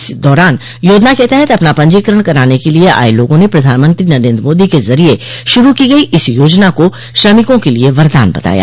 इस दौरान योजना के तहत अपना पंजीकरण कराने के लिये आये लोगों ने प्रधानमंत्री नरेन्द्र मोदी के जरिये शुरू की गई इस योजना को श्रमिकों के लिये वरदान बताया